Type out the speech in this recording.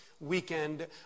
weekend